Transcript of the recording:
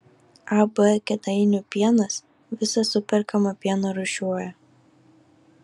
ab kėdainių pienas visą superkamą pieną rūšiuoja